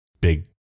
big